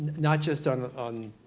not just on on